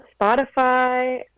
Spotify